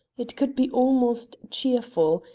it could be almost cheerful,